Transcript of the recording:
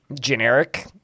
generic